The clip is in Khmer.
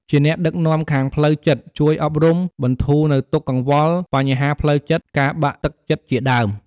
លើសពីនេះ វត្តអារាមគឺជាមជ្ឈមណ្ឌលនៃសេចក្តីស្ងប់ស្ងាត់ និងសន្តិភាព។